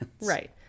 Right